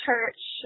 church